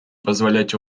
позволять